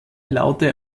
laute